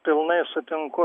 pilnai sutinku